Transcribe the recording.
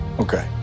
Okay